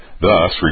thus